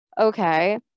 Okay